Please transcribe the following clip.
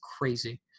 crazy